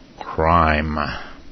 crime